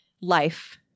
life